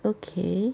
okay